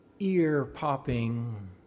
ear-popping